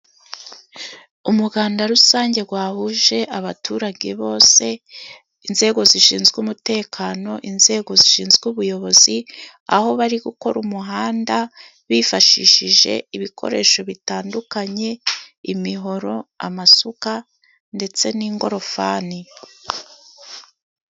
Umuganda rusange wahuje abaturage bose inzego zishinzwe umutekano inzego zishinzwe ubuyobozi, aho bari gukora umuhanda bifashishije ibikoresho bitandukanye imihoro amasuka ndetse n'ingorofani.